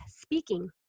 speaking